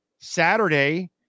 Saturday